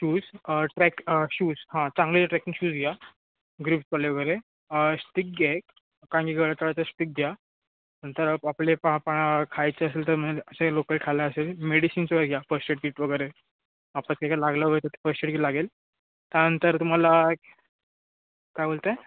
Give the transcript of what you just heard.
shoes track shoes हां चांगले trekking shoes घ्या ग्रीप्सवाले वगैरे स्टिक घ्या एक चांगल्या क्वालिटीची स्टिक घ्या नंतर आपले पा पा खायचे असेल तर मे असे लोकल खायला असे मेडिसिन्स वगैरे घ्या फस्टेड कीट वगैरे आपल्याकडे काय लागलं वगैरे तर फर्स्ट एड कीट लागेल त्यानंतर तुम्हाला काय बोलताय